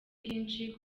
bwinshi